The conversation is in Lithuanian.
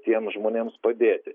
tiems žmonėms padėti